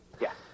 Yes